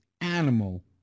animal